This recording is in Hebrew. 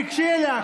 תיגשי אליה.